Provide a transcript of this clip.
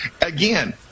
again